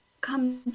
come